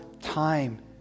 time